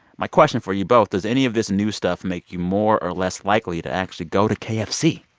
my question for you both does any of this new stuff make you more or less likely to actually go to kfc?